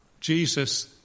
Jesus